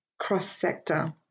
cross-sector